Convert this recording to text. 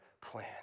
plan